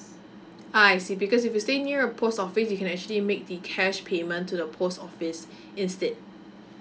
I see because if you stay near a post office you can actually make the cash payment to the post office instead